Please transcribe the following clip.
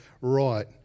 right